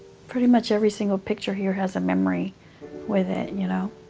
pretty much every single picture here has a memory with it, you know.